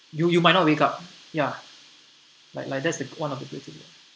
you you might not wake up ya like like that's th~ one of the criteria